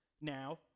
Now